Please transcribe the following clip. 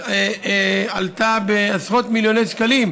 שעלתה עשרות מיליוני שקלים,